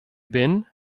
been